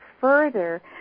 further